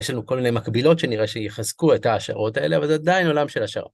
יש לנו כל מיני מקבילות שנראה שיחזקו את ההשערות האלה, אבל זה עדיין עולם של השערה.